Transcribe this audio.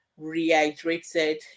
rehydrated